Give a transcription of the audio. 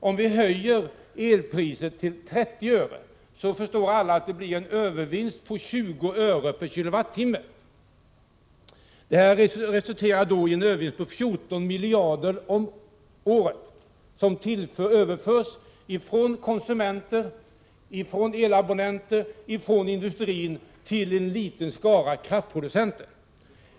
Om elpriset höjs till 30 öre, förstår alla att det blir en övervinst på 20 öre per kWh. Detta resulterar i en övervinst på 14 miljarder om året, som överförs från konsumenter, elabonnenter och industrin till en liten skara kraftproducenter.